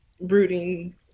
brooding